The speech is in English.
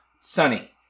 Sunny